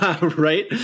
right